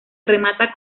remata